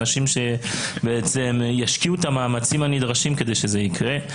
אנשים שישקיעו את המאמצים הנדרשים כדי שזה יקרה.